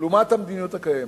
לעומת המדיניות הקיימת.